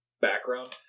background